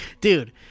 Dude